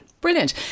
Brilliant